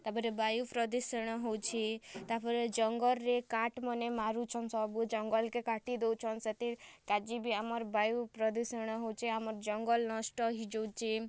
ତା'ପରେ ବାୟୁ ପ୍ରଦୂଷଣ ହଉଛେ ତା'ପରେ ଜଙ୍ଗଲ୍ରେ କାଠ୍ମାନେ୍ ମାରୁଛନ୍ ସବୁ ଜଙ୍ଗଲ୍କେ କାଟି ଦଉଛନ୍ ସେତିର୍ କାଜି ବି ଆମର୍ ବାୟୁ ପ୍ରଦୂଷଣ ହଉଛେ ଆମର୍ ଜଙ୍ଗଲ୍ ନଷ୍ଟ ହିଯାଉଛେ